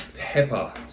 Pepper